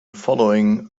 following